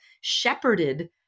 shepherded